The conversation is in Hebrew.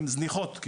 הן זניחות,